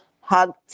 hug